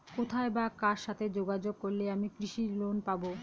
কোথায় বা কার সাথে যোগাযোগ করলে আমি কৃষি লোন পাব?